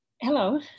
Hello